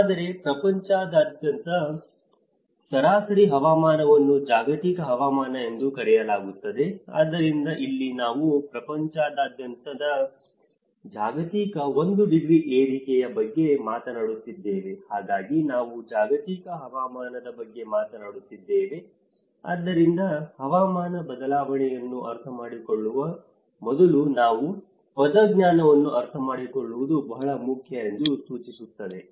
ಆದರೆ ಪ್ರಪಂಚದಾದ್ಯಂತ ಸರಾಸರಿ ಹವಾಮಾನವನ್ನು ಜಾಗತಿಕ ಹವಾಮಾನ ಎಂದು ಕರೆಯಲಾಗುತ್ತದೆ ಆದ್ದರಿಂದ ಇಲ್ಲಿ ನಾವು ಪ್ರಪಂಚದಾದ್ಯಂತದ ಜಾಗತಿಕ ಒಂದು ಡಿಗ್ರಿ ಏರಿಕೆಯ ಬಗ್ಗೆ ಮಾತನಾಡುತ್ತಿದ್ದೇವೆ ಹಾಗಾಗಿ ನಾವು ಜಾಗತಿಕ ಹವಾಮಾನದ ಬಗ್ಗೆ ಮಾತನಾಡುತ್ತಿದ್ದೇವೆ ಆದ್ದರಿಂದ ಹವಾಮಾನ ಬದಲಾವಣೆಯನ್ನು ಅರ್ಥಮಾಡಿಕೊಳ್ಳುವ ಮೊದಲು ನೀವು ಪದಜ್ಞಾನವನ್ನು ಅರ್ಥಮಾಡಿಕೊಳ್ಳುವುದು ಬಹಳ ಮುಖ್ಯ ಎಂದು ಸೂಚಿಸುತ್ತದೆ